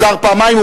והוזהר פעמיים,